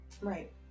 right